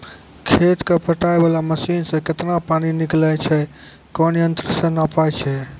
खेत कऽ पटाय वाला मसीन से केतना पानी निकलैय छै कोन यंत्र से नपाय छै